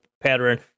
pattern